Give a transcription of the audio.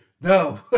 No